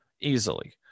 easily